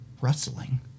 rustling